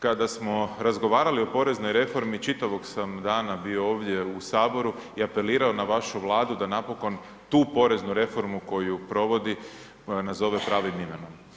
kada smo razgovarali o poreznoj reformi čitavog sam dana bio ovdje u saboru i apelirao na vašu Vladu da napokon tu poreznu reformu koju provodi da ju nazove pravim imenom.